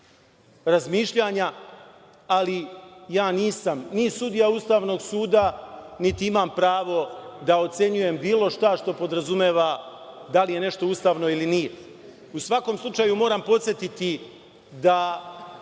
razmišljanja, ali nisam ni sudija Ustavnog suda, niti imam pravo da ocenjujem bilo šta što podrazumeva da li je nešto ustavno ili nije.U svakom slučaju, moram podsetiti da